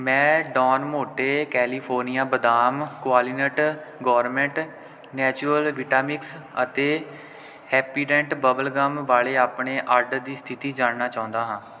ਮੈਂ Del Monte California ਬਦਾਮ Qualinut gourmet natural vita mix ਅਤੇ ਹੈਪੀਡੈਂਟ ਬਬਲਗਮ ਵਾਲੇ ਆਪਣੇ ਆਰਡਰ ਦੀ ਸਥਿਤੀ ਜਾਣਨਾ ਚਾਹੁੰਦਾ ਹਾਂ